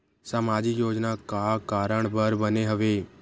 सामाजिक योजना का कारण बर बने हवे?